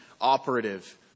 operative